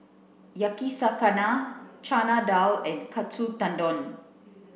Yakizakana Chana Dal and Katsu Tendon